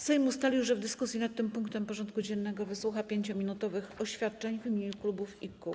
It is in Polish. Sejm ustalił, że w dyskusji nad tym punktem porządku dziennego wysłucha 5-minutowych oświadczeń w imieniu klubów i kół.